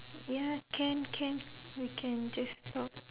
ya can can we can just talk